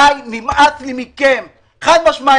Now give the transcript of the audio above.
די, נמאס לי מכם חד-משמעית.